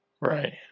Right